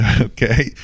okay